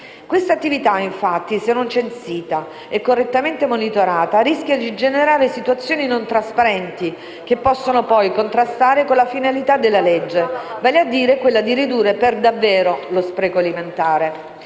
Questa attività, infatti, se non censita e correttamente monitorata, rischia di generare situazioni non trasparenti che possono poi contrastare con la finalità della legge, vale a dire quella di ridurre per davvero lo spreco alimentare.